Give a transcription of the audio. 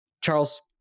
Charles